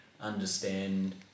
understand